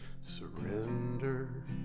surrender